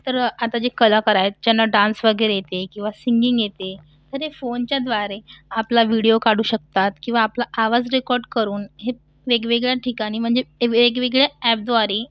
तर आता जे कलाकार आहेत ज्यांना डान्स वगैरे येते किंवा सिंगिंग येते तर हे फोनच्या द्वारे आपला विडियो काढू शकतात किंवा आपला आवाज रेकॉर्ड करून हे वेगवेगळ्या ठिकाणी म्हणजे वेगवेगळ्या ॲपद्वारे